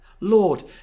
Lord